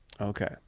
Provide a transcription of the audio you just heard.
okay